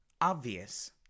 obvious